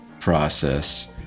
process